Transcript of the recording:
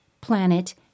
planet